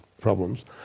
problems